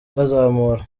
bazamura